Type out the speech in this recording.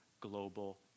global